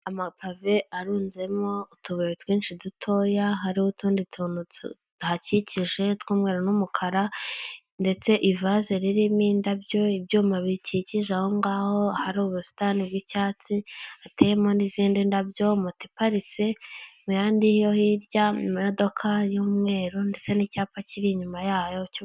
Amapave arunzemo utubari twinshi dutoya hariho utundi tuntu tuhakikije tw'umweru n'umukara ndetse ivaze ririmo indabyo ibyuma bikikije ahongaho hari ubusitani bw'icyatsi hatemo n'izindi ndabyo moto iparitse mu mihanda yo hirya mu modoka y'umweru ndetse n'icyapa kiri inyuma yayo.